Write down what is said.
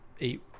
eight